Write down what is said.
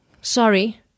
sorry